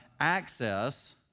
access